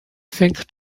think